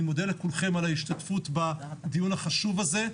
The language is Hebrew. אני מודה לכולכם על ההשתתפות בדיון החשוב הזה.